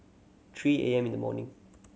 three A M in the morning